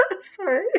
Sorry